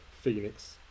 Phoenix